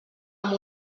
amb